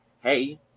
hey